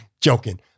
Joking